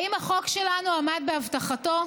האם החוק שלנו עמד בהבטחתו?